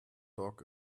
dog